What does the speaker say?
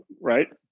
right